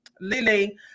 Lily